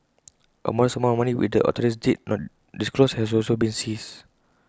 A modest amount of money which the authorities did not disclose has also been seized